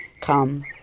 come